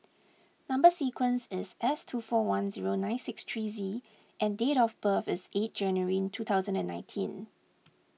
Number Sequence is S two four one zero nine six three Z and date of birth is eight January two thousand and nineteen